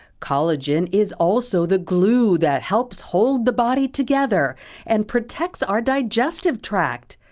collagen is also the glue that helps hold the body together and protects our digestive tract.